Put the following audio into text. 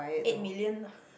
eight million lah